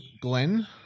Glenn